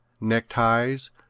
neckties